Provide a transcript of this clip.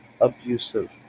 abusive